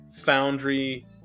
foundry